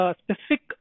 specific